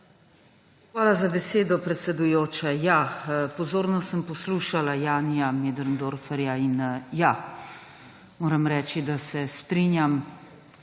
Hvala za besedo, predsedujoča. Pozorno sem poslušala Janija Möderndorferja in, ja, moram reči, da se strinjam,